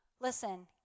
Listen